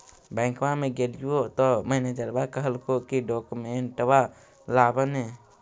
बैंकवा मे गेलिओ तौ मैनेजरवा कहलको कि डोकमेनटवा लाव ने?